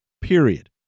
Period